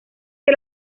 que